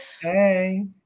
Hey